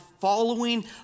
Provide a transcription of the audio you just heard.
following